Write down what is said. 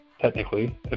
technically